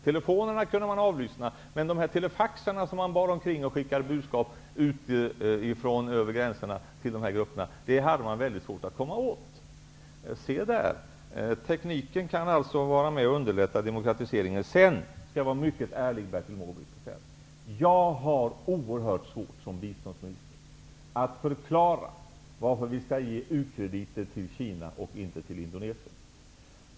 Telefonerna kunde man avlyssna, men de telefax som man bar omkring och skickade budskap från över gränserna till dessa grupper hade man svårt att komma åt. Se där! Tekniken kan alltså vara med och underlätta demokratiseringen. Jag skall vara mycket ärlig, Bertil Måbrink, och säga att jag, som biståndsminister, har oerhört svårt att förklara varför vi skall ge u-krediter till Kina och inte till Indonesien.